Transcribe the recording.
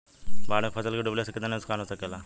बाढ़ मे फसल के डुबले से कितना नुकसान हो सकेला?